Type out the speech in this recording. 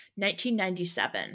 1997